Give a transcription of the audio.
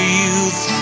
youth